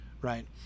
Right